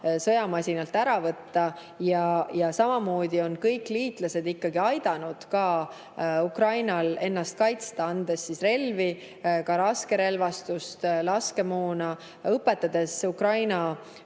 sõjamasinalt raha ära võtta. Samamoodi on kõik liitlased aidanud Ukrainal ennast kaitsta, andes relvi, ka raskerelvastust, laskemoona, ning õpetades Ukraina